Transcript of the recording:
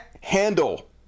handle